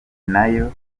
nayo